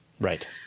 Right